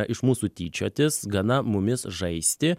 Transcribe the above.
iš mūsų tyčiotis gana mumis žaisti